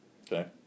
Okay